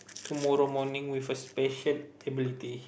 tomorrow morning with a special ability